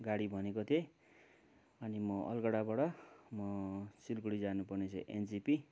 गाडी भनेको थिएँ अनि म अलगढाबाट म सिलगढी जानुपर्नेछ एनजेपी